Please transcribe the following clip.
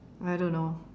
I don't know